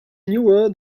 newer